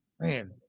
man